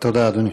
תודה, אדוני.